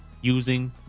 using